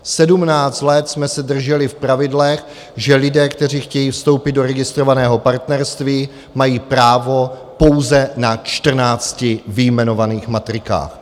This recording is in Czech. Sedmnáct let jsme se drželi v pravidlech, že lidé, kteří chtějí vstoupit do registrovaného partnerství, mají právo pouze na čtrnácti vyjmenovaných matrikách.